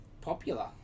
popular